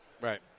Right